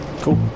cool